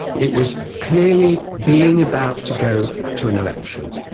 it was clearly being about to go to an election,